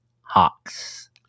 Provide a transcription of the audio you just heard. Hawks